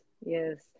Yes